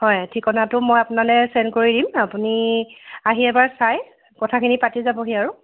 হয় ঠিকনাটো মই আপোনালৈ চেণ্ড কৰি দিম আপুনি আহি এবাৰ চাই কথাখিনি পাতি যাবহি আৰু